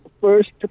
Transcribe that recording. first